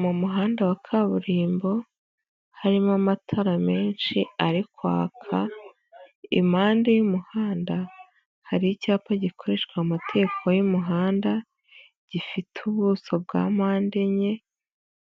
Mu muhanda wa kaburimbo harimo amatara menshi ari kwaka, impande y'umuhanda hari icyapa gikoreshwa amategeko y'umuhanda gifite ubuso bwa mpande enye,